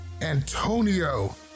Antonio